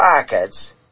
pockets